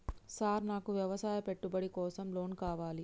Sir నాకు వ్యవసాయ పెట్టుబడి కోసం లోన్ కావాలి?